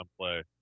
play